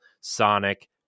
Sonic